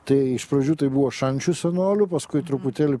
tai iš pradžių tai buvo šančių senolių paskui truputėlį